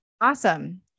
Awesome